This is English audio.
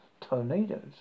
tornadoes